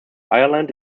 ireland